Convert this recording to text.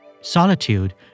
Solitude